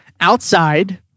outside